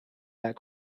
that